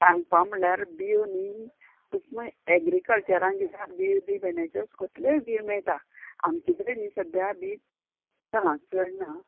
सांगपा म्हणल्यार बिंयो न्ही तुमी एग्रीकल्चरान घेयात बिंयो बी मॅनेजर्स कसल्योय बिंयो मेळटा आमचे कडेन न्ही सद्द्या बीं ना चड ना